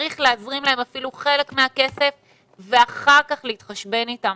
צריך להזרים להם אפילו חלק מהכסף ואחר כך להתחשבן אתם.